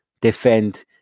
defend